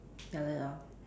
like that lor